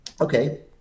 okay